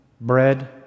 bread